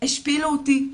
השפילו אותי,